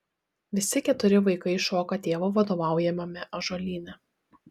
visi keturi vaikai šoka tėvo vadovaujamame ąžuolyne